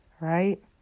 right